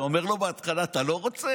אתה אומר לו בהתחלה שאתה לא רוצה,